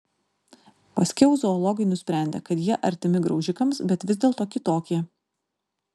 paskiau zoologai nusprendė kad jie artimi graužikams bet vis dėlto kitokie